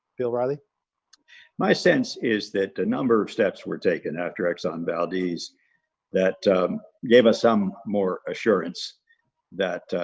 bill riley my sense is that the number of steps were taken after exxon valdez that gave us some more assurance that ah,